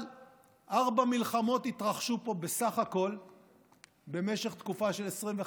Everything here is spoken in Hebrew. אבל ארבע מלחמות התרחשו פה בסך הכול במשך תקופה של 25 שנה.